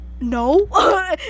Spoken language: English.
no